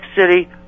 City